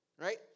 Right